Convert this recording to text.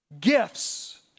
Gifts